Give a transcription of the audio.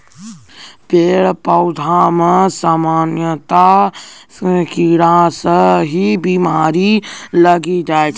पेड़ पौधा मॅ सामान्यतया कीड़ा स ही बीमारी लागी जाय छै